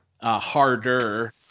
harder